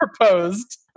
proposed